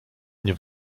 nie